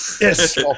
Yes